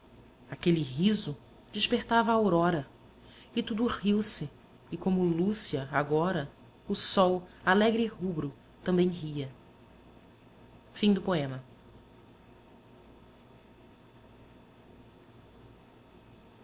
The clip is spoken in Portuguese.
aquele riso despertava a aurora e tudo riu-se e como lúcia agora o sol alegre e rubro também ria